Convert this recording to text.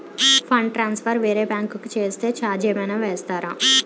Fund transfer వేరే bank కి చేస్తే ఛార్జ్ ఏమైనా వేస్తారా?